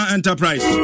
Enterprise